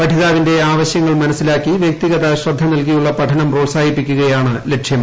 പഠിതാവിന്റെ ആവശ്യങ്ങൾ മനസ്സിലാക്ക് പ്പ്ക്തിഗത ശ്രദ്ധ നല്കിയുള്ള പഠനം പ്രോത്സാഹിപ്പിക്കുകയാണ് ലക്ഷ്യം